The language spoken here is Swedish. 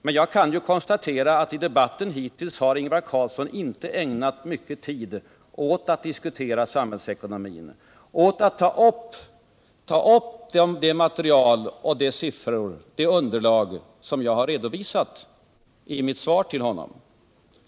Men jag kan konstatera att i debatten hittills har Ingvar Carlsson inte ägnat någon tid åt att i sak diskutera samhällsekonomin, åt att ta upp det material och det sifferunderlag som jag har redovisat i mitt svar till honom.